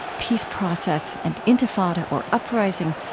peace process, and intifada, or uprising,